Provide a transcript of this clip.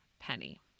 penny